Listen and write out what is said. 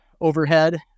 overhead